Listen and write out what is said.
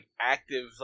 active